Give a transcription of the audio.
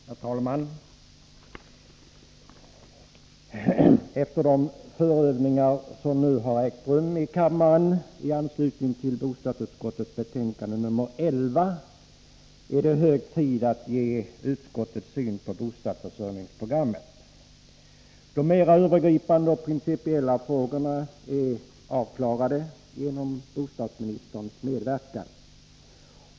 Herr talman! Efter de förövningar som nu ägt rum i kammaren med anledning av bostadsutskottets betänkande 11 är det hög tid att ge utskottets syn på bostadsförsörjningsprogrammet. De mera övergripande och principiella frågorna är avklarade genom bostadsministerns medverkan.